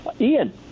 Ian